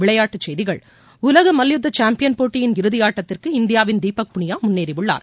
விளையாட்டுச்செய்திகள் உலக மல்யுத்த சாம்பியன் போட்டியின் இறுதியாட்டத்திற்கு இந்தியாவின் தீபக் புனியா முன்னேறியுள்ளார்